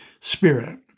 Spirit